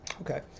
Okay